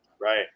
Right